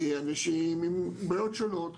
אנשים עם בעיות שונות,